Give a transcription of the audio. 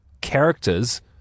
characters